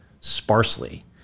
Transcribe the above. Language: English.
sparsely